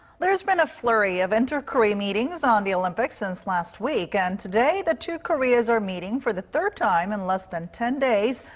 there's been a flurry of inter-korea meetings on the olympics since last week. and today. the two koreas are meeting for the third time in less than ten days.